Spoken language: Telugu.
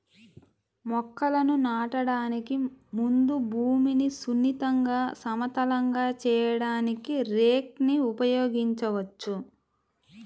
మొక్కలను నాటడానికి ముందు భూమిని సున్నితంగా, సమతలంగా చేయడానికి రేక్ ని ఉపయోగించవచ్చు